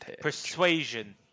persuasion